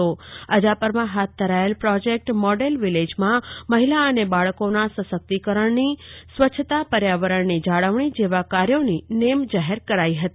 આ પ્રસંગે અજાપરમાં હાથ ધરાયેલ પ્રોજેકટ મોડેલ વિલેજમાં મહિલા અને બાળકોના સશક્તિકરણની સ્વચ્છતા પર્યાવરણની જાળવણી જેવા કાર્યોની નેમ જાહેર કરાઈ હતી